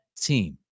team